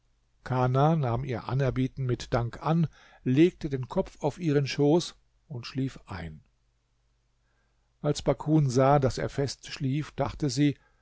kana nahm ihr anerbieten mit dank an legte den kopf auf ihren schoß und schlief ein als bakun sah daß er fest schlief dachte sie